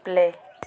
play